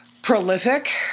Prolific